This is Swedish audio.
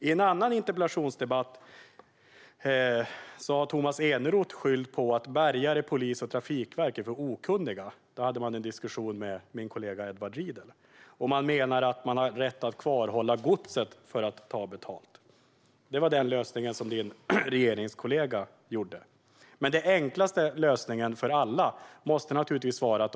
I en annan interpellationsdebatt har Tomas Eneroth skyllt på att bärgare, polis och trafikverk är för okunniga. Han hade då en diskussion med min kollega Edward Riedl, och han menade att man har rätt att kvarhålla godset för att ta betalt. Det var den lösning som din regeringskollega hade. Men den enklaste lösningen för alla måste naturligtvis vara ett avtal.